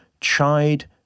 chide